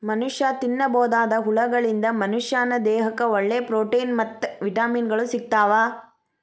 ಮನಷ್ಯಾ ತಿನ್ನಬೋದಾದ ಹುಳಗಳಿಂದ ಮನಶ್ಯಾನ ದೇಹಕ್ಕ ಒಳ್ಳೆ ಪ್ರೊಟೇನ್ ಮತ್ತ್ ವಿಟಮಿನ್ ಗಳು ಸಿಗ್ತಾವ